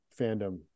fandom